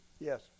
Yes